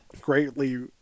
greatly